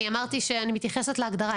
אני אמרתי שאני מתייחסת להגדרה.